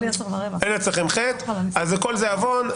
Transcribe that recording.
הכל זה עוון.